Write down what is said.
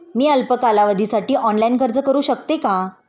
मी अल्प कालावधीसाठी ऑनलाइन अर्ज करू शकते का?